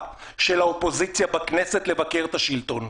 של האופוזיציה בכנסת לבקר את השלטון.